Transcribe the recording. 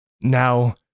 Now